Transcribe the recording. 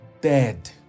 dead